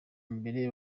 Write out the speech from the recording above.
mbere